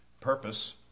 purpose